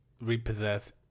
repossess